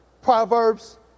Proverbs